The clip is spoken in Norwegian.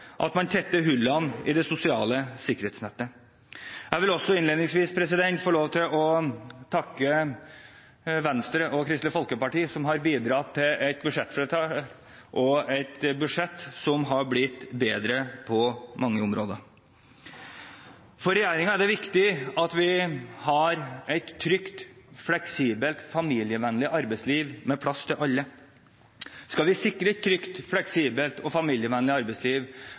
at man tetter hullene i det sosiale sikkerhetsnettet. Jeg vil også innledningsvis få lov til å takke Venstre og Kristelig Folkeparti, som har bidratt til et budsjett som er blitt bedre på mange områder. For regjeringen er det viktig at vi har et trygt, fleksibelt og familievennlig arbeidsliv med plass til alle, og skal vi sikre et trygt, fleksibelt og familievennlig arbeidsliv,